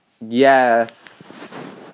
Yes